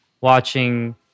watching